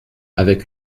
avec